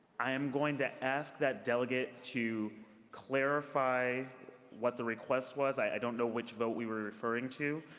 i am going to ask that delegate to clarify what the request was. i don't know which vote we were referring to.